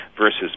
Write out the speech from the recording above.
versus